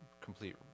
complete